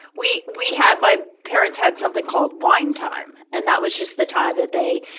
we, we had my parents had something called wine time. and that was just the time that they,